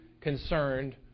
concerned